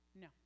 No